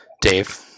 Dave